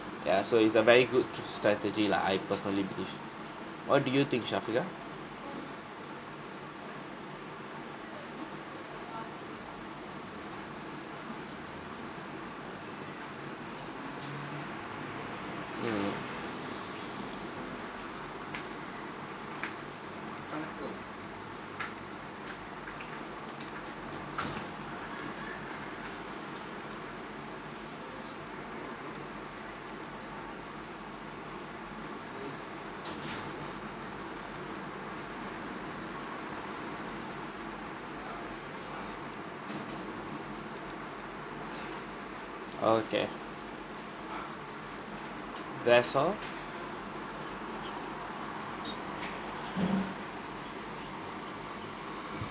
yeah so it's a very good to strategy lah I personally believe what do you think shafiqah mm okay that's all